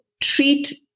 treat